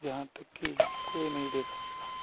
जहाँ तक कि कोई नहीं देखा होगा